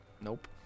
Nope